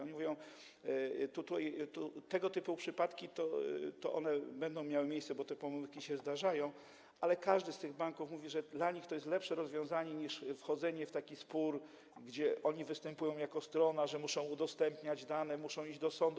Oni mówią, że tego typu przypadki będą miały miejsce, bo te pomyłki się zdarzają, ale każdy z tych banków mówi, że dla nich to jest lepsze rozwiązanie niż wchodzenie w taki spór, gdzie oni występują jako strona i muszą udostępniać dane, muszą iść do sądu.